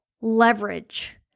leverage